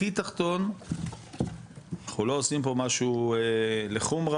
הכי תחתון אנחנו לא עושים פה משהו לחומרה,